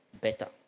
better